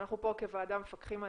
שאנחנו פה כוועדה מפקחים עליהן,